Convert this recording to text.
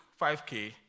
5K